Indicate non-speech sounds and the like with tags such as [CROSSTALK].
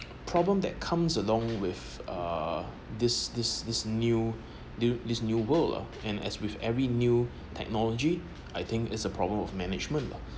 problem that comes along with uh this this this new [BREATH] this new world ah and as with every new technology I think is a problem of management lah